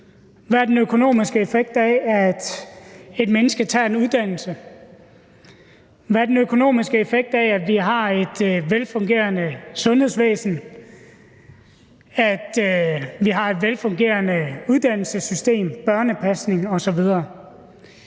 Hvad er den økonomiske effekt af, at et menneske tager en uddannelse? Hvad er den økonomiske effekt af, at vi har et velfungerende sundhedsvæsen, at vi har et velfungerende uddannelsessystem, en velfungerende